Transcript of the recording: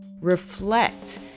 reflect